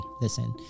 listen